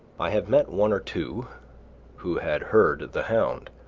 i have met one or two who had heard the hound,